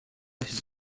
his